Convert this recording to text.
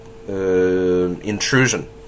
intrusion